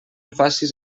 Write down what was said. facis